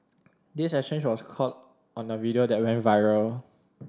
this exchange was caught on a video that went viral